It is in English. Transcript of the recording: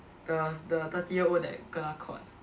the the thirty year old that kena caught